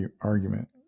argument